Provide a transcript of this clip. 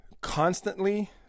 constantly